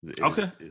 Okay